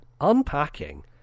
unpacking